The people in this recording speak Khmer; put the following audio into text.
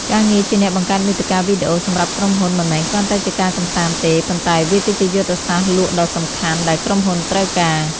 ការងារជាអ្នកបង្កើតមាតិកាវីដេអូសម្រាប់ក្រុមហ៊ុន មិនមែនគ្រាន់តែជាការកម្សាន្តទេ ប៉ុន្តែវាគឺជាយុទ្ធសាស្ត្រលក់ដ៏សំខាន់ដែលក្រុមហ៊ុនត្រូវការ។